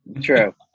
true